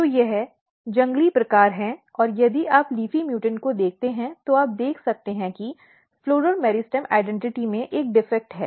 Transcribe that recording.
तो यह जंगली प्रकार है और यदि आप leafy म्यूटॅन्ट को देखते हैं तो आप देख सकते हैं कि फ़्लॉरल मेरिस्टम पहचान में एक दोष है